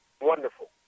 wonderful